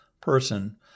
person